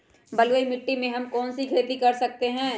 बलुई मिट्टी में हम कौन कौन सी खेती कर सकते हैँ?